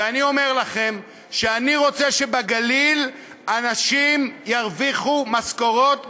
ואני אומר לכם שאני רוצה שבגליל אנשים ירוויחו משכורות גבוהות,